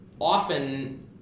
often